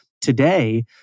today